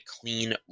clean